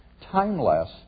timeless